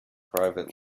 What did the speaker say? private